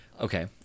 Okay